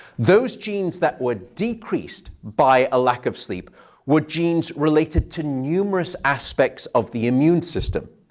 those genes that were decreased by a lack of sleep were genes related to numerous aspects of the immune system,